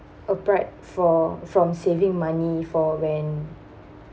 a part for from saving money for when